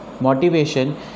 motivation